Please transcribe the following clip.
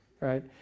right